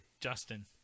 Justin